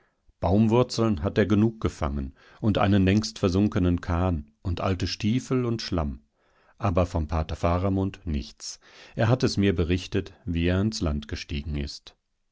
baumwurzeln hat er genug gefangen und einen längst versunkenen kahn und alte stiefel und schlamm aber vom pater faramund nichts er hat es mir berichtet wie er ans land gestiegen ist